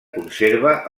conserva